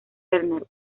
bernard